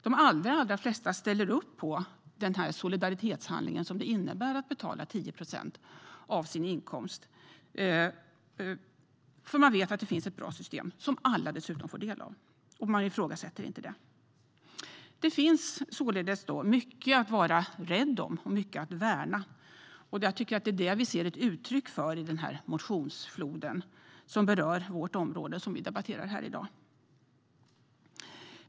De allra flesta ställer upp på den solidaritetshandling det innebär att betala 10 procent av sin inkomst, för man vet att det finns ett bra system som alla får del av. Man ifrågasätter inte det. Det finns således mycket att vara rädd om och att värna, och det är det vi ser ett uttryck för i den motionsflod som berör vårt område och som vi debatterar här i dag.